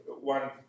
One